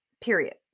period